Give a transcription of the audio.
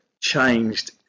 changed